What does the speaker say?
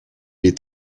est